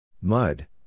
Mud